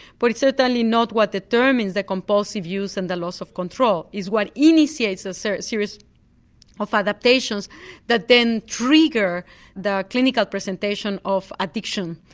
but it's certainly not what determines the compulsive use and the loss of control. it's what initiates a so series of adaptations that then trigger the clinical presentation of addiction,